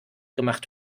gemacht